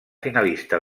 finalista